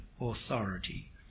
authority